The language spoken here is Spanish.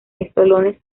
estolones